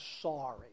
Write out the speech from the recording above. sorry